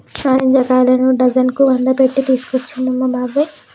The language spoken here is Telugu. నారింజ కాయలను డజన్ కు వంద పెట్టి కొనుకొచ్చిండు మా బాబాయ్